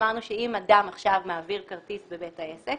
אמרנו שאם אדם עכשיו מעביר כרטיס אשראי בבית עסק,